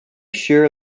sure